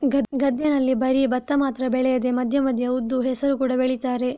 ಗದ್ದೆನಲ್ಲಿ ಬರೀ ಭತ್ತ ಮಾತ್ರ ಬೆಳೆಯದೆ ಮಧ್ಯ ಮಧ್ಯ ಉದ್ದು, ಹೆಸರು ಕೂಡಾ ಬೆಳೀತಾರೆ